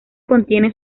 contiene